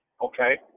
Okay